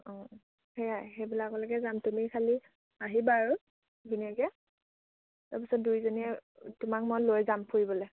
অঁ সেয়াই সেইবিলাকলৈকে যাম তুমি খালি আহিবা আৰু ধুনীয়াকে তাৰপিছত দুইজনীয়ে তোমাক মই লৈ যাম ফুৰিবলে